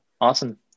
Awesome